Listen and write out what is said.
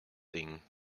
ding